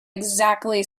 exactly